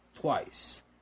twice